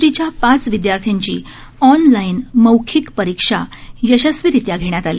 डीच्या पाच विदयार्थ्यांची ऑनलाइन मौखिक परीक्षा यशस्वीरीत्या घेण्यात आली